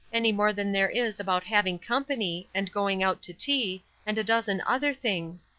any more than there is about having company, and going out to tea, and a dozen other things.